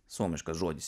suomiškas žodis